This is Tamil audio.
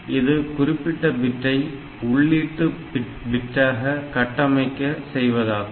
இது குறிப்பிட்ட பிட்டை உள்ளீட்டு பிட்டாக கட்டமைக்க செய்வதாகும்